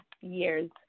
years